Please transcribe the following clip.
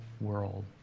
world